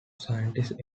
scientific